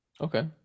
Okay